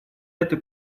это